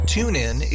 TuneIn